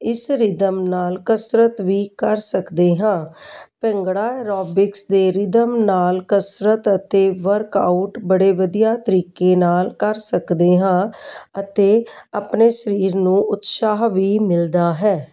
ਇਸ ਰਿਦਮ ਨਾਲ ਕਸਰਤ ਵੀ ਕਰ ਸਕਦੇ ਹਾਂ ਭੰਗੜਾ ਐਰੋਬਿਕਸ ਦੇ ਰਿਦਮ ਨਾਲ ਕਸਰਤ ਅਤੇ ਵਰਕਆਊਟ ਬੜੇ ਵਧੀਆ ਤਰੀਕੇ ਨਾਲ ਕਰ ਸਕਦੇ ਹਾਂ ਅਤੇ ਆਪਣੇ ਸਰੀਰ ਨੂੰ ਉਤਸ਼ਾਹ ਵੀ ਮਿਲਦਾ ਹੈ